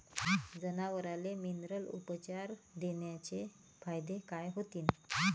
जनावराले मिनरल उपचार देण्याचे फायदे काय होतीन?